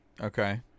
Okay